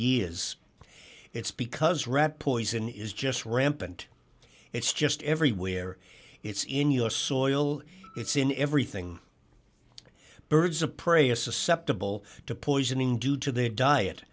years it's because rat poison is just rampant it's just everywhere it's in your soil it's in everything birds of prey is susceptible to poisoning due to their diet